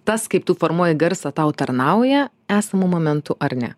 tas kaip tu formuoji garsą tau tarnauja esamu momentu ar ne